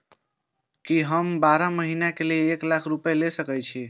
की हम बारह महीना के लिए एक लाख रूपया ले सके छी?